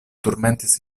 turmentis